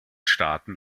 staaten